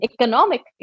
economically